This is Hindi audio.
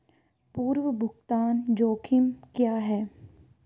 पूर्व भुगतान जोखिम क्या हैं?